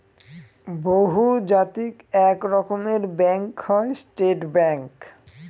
বহুজাতিক এক রকমের ব্যাঙ্ক হয় স্টেট ব্যাঙ্ক